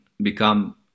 become